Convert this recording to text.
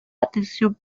atención